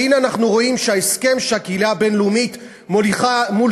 והנה אנחנו רואים שההסכם שהקהילה הבין-לאומית מוליכה מול